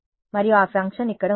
మరియు ఆ ఫంక్షన్ ఇక్కడ ఉంది